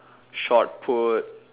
short put